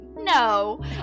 No